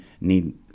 need